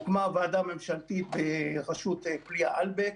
הוקמה ועדה ממשלתית בראשות פליאה אלבק